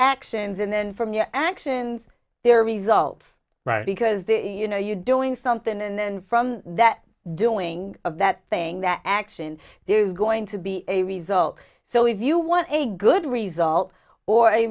actions and then from your actions there results right because you know you doing something and then from that doing that thing that action there's going to be a result so if you want a good result or a